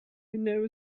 never